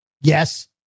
Yes